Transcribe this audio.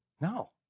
No